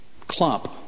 clump